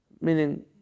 Meaning